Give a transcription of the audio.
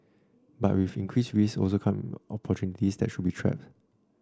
but with increased risks also come opportunities that should be trapped